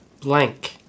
blank